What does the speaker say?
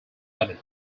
added